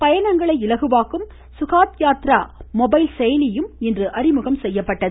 பயணங்களை இலகுவாக்கும் சுஹாத் யாத்ரா மொபைல் செயலியும் அறிமுகம் செய்யப்பட்டது